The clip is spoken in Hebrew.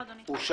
תודה.